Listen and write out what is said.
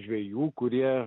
žvejų kurie